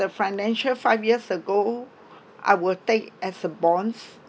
the financial five years ago I will take as a bonds